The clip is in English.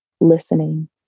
listening